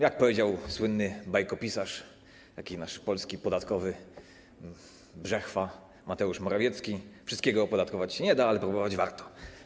Jak powiedział słynny bajkopisarz, nasz polski podatkowy Brzechwa, Mateusz Morawiecki, wszystkiego opodatkować się nie da, ale próbować warto.